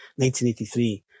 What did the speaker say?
1983